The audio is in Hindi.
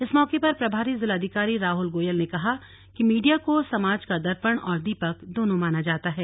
इस मौके पर प्रभारी जिलाधिकारी राहल गोयल ने कहा कि मीडिया को समाज का दर्पण और दीपक दोनों माना जाता है